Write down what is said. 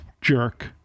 jerk